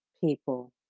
people